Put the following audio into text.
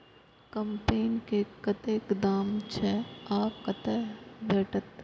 कम्पेन के कतेक दाम छै आ कतय भेटत?